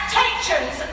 teachers